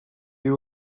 you